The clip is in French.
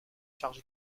charge